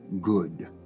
good